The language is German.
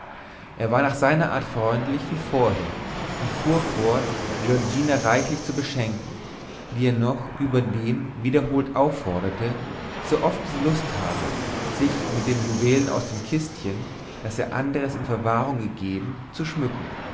er war nach seiner art freundlich wie vorher und fuhr fort giorgina reichlich zu beschenken die er noch überdem wiederholt aufforderte so oft sie lust habe sich mit den juwelen aus dem kistchen das er andres in verwahrung gegeben zu schmücken